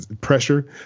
pressure